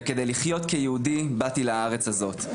וכדי לחיות כיהודי באתי לארץ הזאת.